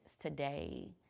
today